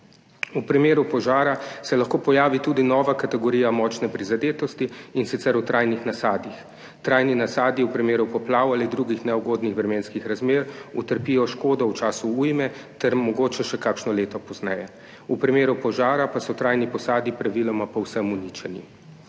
V primeru požara se lahko pojavi tudi nova kategorija močne prizadetosti, in sicer v trajnih nasadih. Trajni nasadi v primeru poplav ali drugih neugodnih vremenskih razmer utrpijo škodo v času ujme ter mogoče še kakšno leto pozneje, v primeru požara pa so trajni nasadi praviloma povsem uničeni.